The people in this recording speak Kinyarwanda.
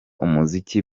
umuziki